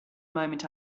moment